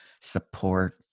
support